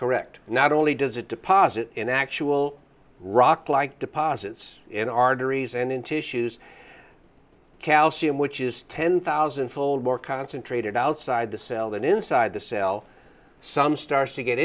correct not only does it deposit in actual rock like deposits in arteries and in tissues calcium which is ten thousand fold more concentrated outside the cell than inside the cell some starts to get